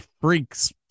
freaks